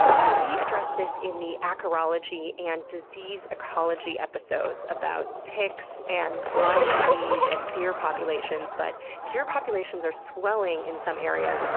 so we addressed this in the acarology and disease ecology episodes about ticks, and lyme disease, and deer populations, but deer populations are swelling in some areas.